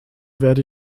werde